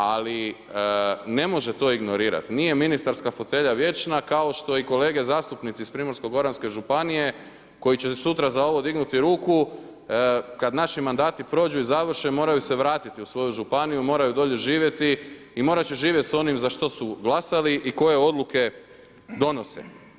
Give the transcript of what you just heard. Ali ne može to ignorirat, nijem ministarska fotelja vječna kao štio kolege zastupnici iz PGŽ-a koji će sutra za ovo dignuti ruku kad naši mandati prođu i završe, moraju se vratiti u svoju županiju, moraju dolje živjeti i morat će živjeti s onim za što su glasali i koje odluke donose.